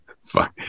Fuck